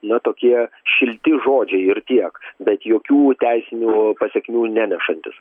ne tokie šilti žodžiai ir tiek bet jokių teisinių pasekmių nenešantys